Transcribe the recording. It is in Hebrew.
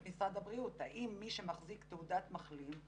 משרד הבריאות: האם מי שמחזיק תעודת מחלים,